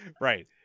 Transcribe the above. Right